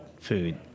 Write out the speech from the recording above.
food